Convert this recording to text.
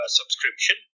subscription